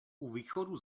východu